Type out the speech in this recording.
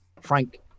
Frank